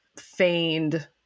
feigned